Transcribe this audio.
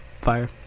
fire